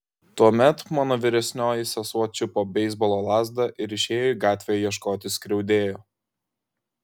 tuomet mano vyresnioji sesuo čiupo beisbolo lazdą ir išėjo į gatvę ieškoti skriaudėjo